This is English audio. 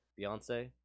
Beyonce